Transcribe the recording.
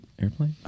airplane